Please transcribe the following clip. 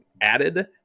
added